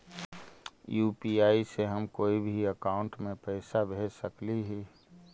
UPI से हम कोई के अकाउंट में पैसा भेज सकली ही?